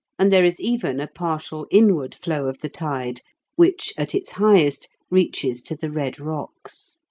and there is even a partial inward flow of the tide which, at its highest, reaches to the red rocks.